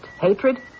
hatred